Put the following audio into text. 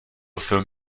film